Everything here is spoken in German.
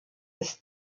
ist